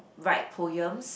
write poems